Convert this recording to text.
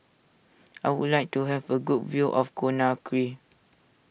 I would like to have a good view of Conakry